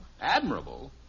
Admirable